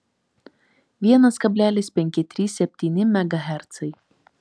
vienas kablelis penki trys septyni megahercai